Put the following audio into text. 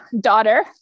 daughter